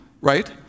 right